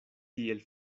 tiel